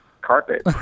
carpet